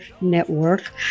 network